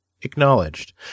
acknowledged